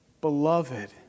Beloved